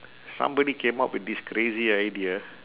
somebody came up with this crazy idea